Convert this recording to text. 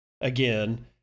Again